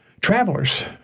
travelers